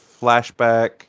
flashback